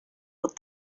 put